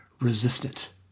resistant